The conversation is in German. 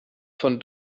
von